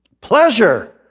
Pleasure